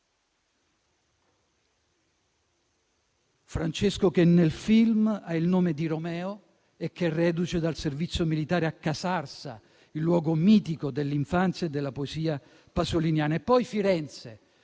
Francesco, che nel film ha il nome di Romeo e che è reduce dal servizio militare a Casarsa, il luogo mitico dell'infanzia e della poesia pasoliniana. E poi Firenze